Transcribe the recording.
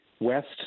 West